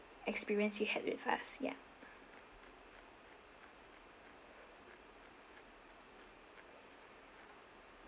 experience you had with us ya